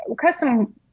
custom